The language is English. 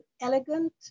elegant